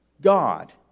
God